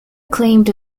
claimed